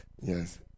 Yes